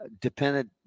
dependent